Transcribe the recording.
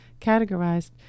categorized